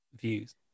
views